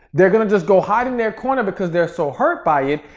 they're going to just go hide in their corner because they're so hurt by it.